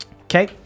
Okay